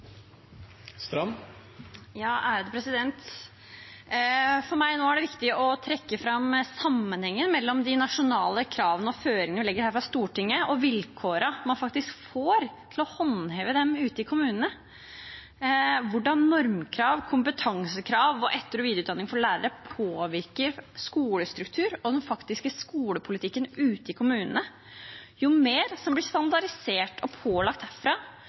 det viktig å trekke fram sammenhengen mellom de nasjonale kravene og føringene vi legger her fra Stortinget, og vilkårene man faktisk får til å håndheve dem ute i kommunene, hvordan normkrav, kompetansekrav og etter- og videreutdanning for lærere påvirker skolestruktur og den faktiske skolepolitikken ute i kommunene. Jo mer som blir standardisert og pålagt